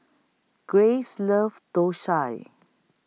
Grace loves Thosai